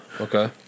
Okay